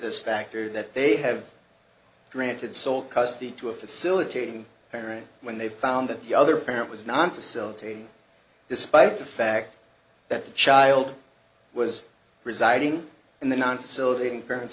this factor that they have granted sole custody to a facilitating parent when they found that the other parent was not facilitating despite the fact that the child was residing in the non facilitating parent